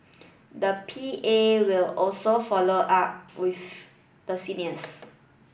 the P A will also follow up with the seniors